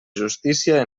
justícia